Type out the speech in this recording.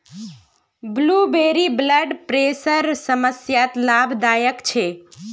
blueberry blood प्रेशरेर समस्यात लाभदायक छे